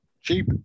Cheap